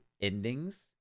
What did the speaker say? endings